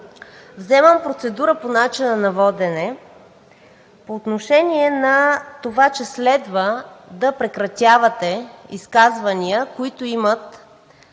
Вземам процедура по начина на водене по отношение на това, че следва да прекратявате изказвания, които имат